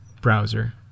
browser